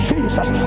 Jesus